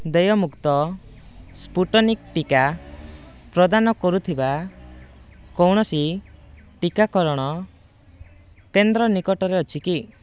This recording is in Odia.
ଦେୟମୁକ୍ତ ସ୍ପୁଟନିକ୍ ଟିକା ପ୍ରଦାନ କରୁଥିବା କୌଣସି ଟିକାକରଣ କେନ୍ଦ୍ର ନିକଟରେ ଅଛି କି